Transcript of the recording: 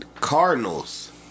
Cardinals